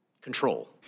control